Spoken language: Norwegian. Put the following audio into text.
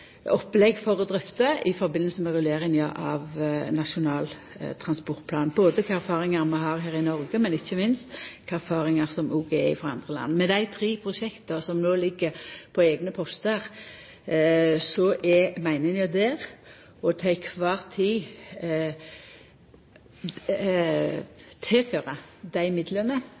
opplegg for å drøfta i samband med rulleringa av Nasjonal transportplan – både kva for erfaringar vi har her i Noreg, og ikkje minst kva for erfaringar som òg er frå andre land. Med dei tre prosjekta som no ligg på eigne postar, så er meininga til kvar tid å tilføra dei